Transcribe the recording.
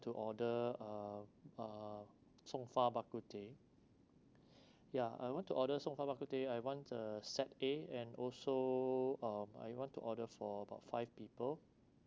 to order uh uh song fa bak kut teh ya I want to order song fa bak kut teh I want uh set a and also uh Iwant to order for about five people